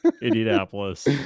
Indianapolis